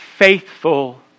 faithful